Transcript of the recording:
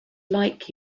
like